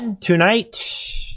tonight